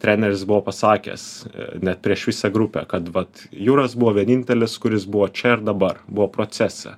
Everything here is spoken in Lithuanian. treneris buvo pasakęs net prieš visą grupę kad vat juras buvo vienintelis kuris buvo čia ir dabar buvo procese